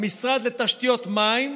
למשרד לתשתיות מים,